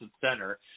center